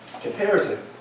comparison